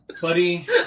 Buddy